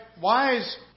wise